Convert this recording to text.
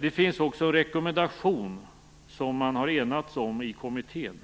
Det finns också en rekommendation som man har enats om i kommittén.